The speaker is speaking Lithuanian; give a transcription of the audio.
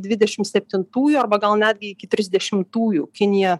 dvidešim septintųjų arba gal netgi iki trisdešimtųjų kinija